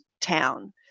town